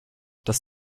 dass